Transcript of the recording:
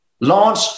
launch